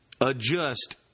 adjust